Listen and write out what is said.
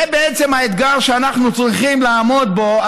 זה בעצם האתגר שאנחנו צריכים לעמוד בו,